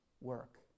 work